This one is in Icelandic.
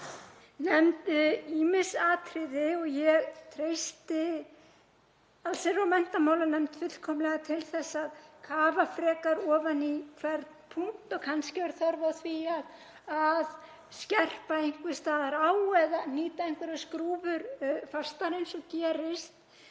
nefnd ýmis atriði og ég treysti allsherjar- og menntamálanefnd fullkomlega til að kafa frekar ofan í hvern punkt. Kannski er þörf á því að skerpa einhvers staðar á eða hnýta einhverjar skrúfur fastar, eins og gerist